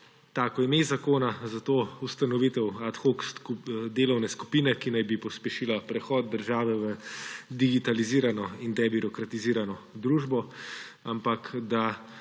tako ime zakona, zato ustanovitev ad hoc delovne skupine, ki naj bi pospešila prehod države v digitalizirano in debirokratizirano družbo; ampak da